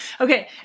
Okay